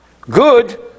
good